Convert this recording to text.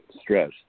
stress